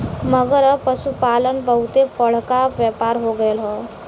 मगर अब पसुपालन बहुते बड़का व्यापार हो गएल हौ